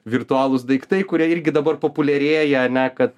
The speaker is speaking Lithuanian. virtualūs daiktai kurie irgi dabar populiarėja ane kad čia